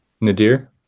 nadir